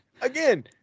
again